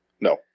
no